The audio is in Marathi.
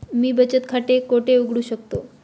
मी बचत खाते कोठे उघडू शकतो?